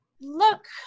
look